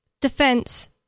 defense